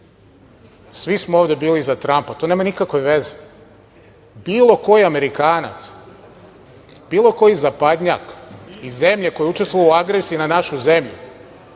svi smo ovde bili za Trampa, to nema nikakve veze. Bilo koji Amerikanac, bilo koji zapadnjak iz zemlje koji je učestvovao u agresijama na našu zemlju